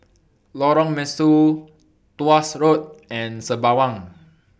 Lorong Mesu Tuas Road and Sembawang